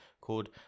called